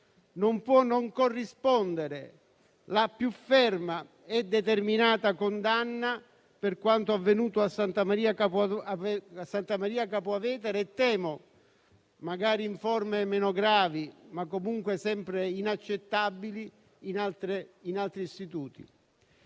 non può non corrispondere la più ferma e determinata condanna per quanto avvenuto a Santa Maria Capua Vetere e temo - magari in forme meno gravi, ma comunque sempre inaccettabili - in altri istituti.